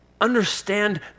understand